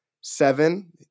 Seven